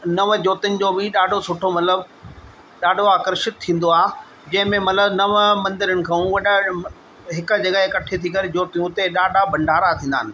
नव जोतियुनि जो बि ॾाढो सुठो मतिलबु ॾाढो आकर्षित थींदो आहे जंहिं में मतिलबु नव मंदरनि खां वॾा हिकु जॻहि कठी थी करे जोतियूं हुते ॾाढा भंडारा थींदा आहिनि